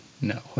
No